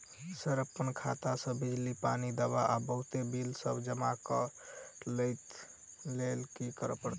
Sir अप्पन खाता सऽ बिजली, पानि, दवा आ बहुते बिल सब जमा करऽ लैल की करऽ परतै?